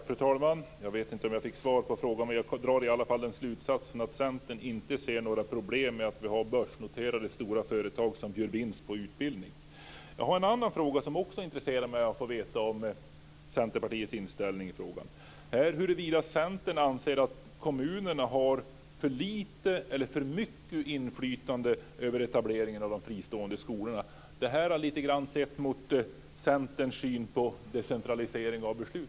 Fru talman! Jag vet inte om jag fick svar på frågan. Men jag drar i alla fall den slutsatsen att Centern inte ser några problem med att vi har börsnoterade stora företag som gör vinst på utbildning. Jag har en annan fråga där det också intresserar mig att få veta Centerpartiets inställning. Anser Centern att kommunerna har för lite eller för mycket inflytande över etableringen av de fristående skolorna? Detta lite grann sett mot Centerns syn på decentralisering av beslut.